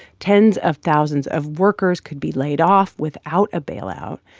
tens of thousands of workers could be laid off without a bailout.